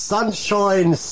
Sunshine